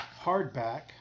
hardback